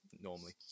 normally